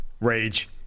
Rage